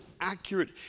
accurate